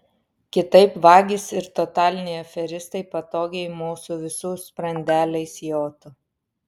kitaip vagys ir totaliniai aferistai patogiai mūsų visų sprandeliais jotų